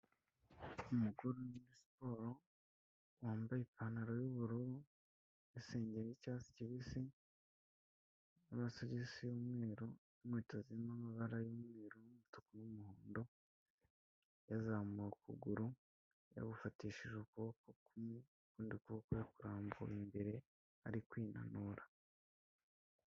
Umugore uri gikora siporo wambaye ipantaro y'ubururu isengeri y'icyatsi kibisi n'amasogisi y'umweru n'inkweto z'amabara y'umweru n'umutuku n'umuhondo, yazamuye ukuguru yagufatishije ukuboko, kumwe ukundi kuboko yakurambuye imbere ari kwinanura.